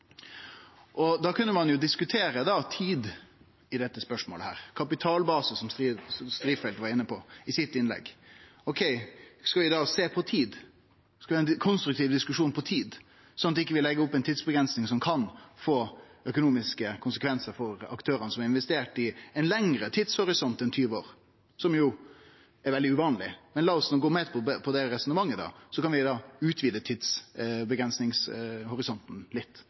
endringar. Da kan ein diskutere tid i dette spørsmålet – kapitalbase, som representanten Strifeldt var inne på i innlegget sitt. Skal vi da sjå på tid og ha ein konstruktiv diskusjon om tid, slik at vi ikkje legg opp ei tidsavgrensing som kan få økonomiske konsekvensar for aktørane som har investert i ein lengre tidshorisont enn 20 år? Det er veldig uvanleg, men la oss no gå med på det resonnementet, og så kan vi utvide tidsavgrensingshorisonten litt,